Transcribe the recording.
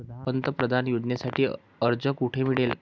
पंतप्रधान योजनेसाठी अर्ज कुठे मिळेल?